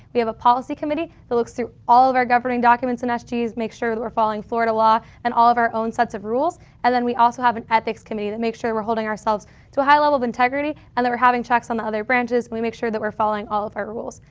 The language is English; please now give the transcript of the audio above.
we have a policy committee that looks through all of our governing documents and sgs yeah make sure that we're following florida law and all of our own sets of rules and then we also have an ethics committee that make sure we're holding ourselves to a high level of integrity and then we're having checks on the other branches when we make sure that we're following all of our rules.